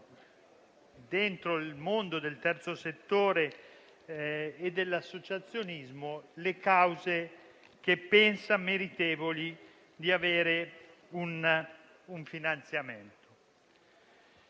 del mondo del terzo settore e dell'associazionismo, le cause che pensa meritevoli di ricevere un finanziamento.